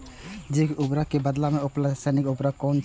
जैविक उर्वरक के बदला में उपलब्ध रासायानिक उर्वरक कुन छै?